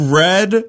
red